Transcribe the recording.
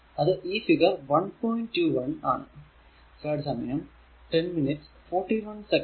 അത് ഈ ഫിഗർ 1